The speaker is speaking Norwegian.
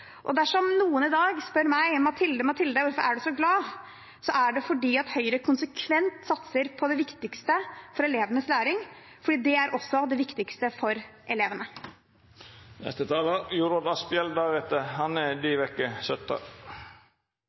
Dersom noen i dag spør meg «Mathilde, Mathilde, hvorfor er du så glad?» er det fordi Høyre konsekvent satser på det viktigste for elevenes læring, for det er også det viktigste for